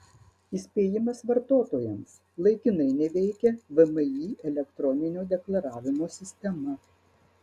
įspėjimas vartotojams laikinai neveikia vmi elektroninio deklaravimo sistema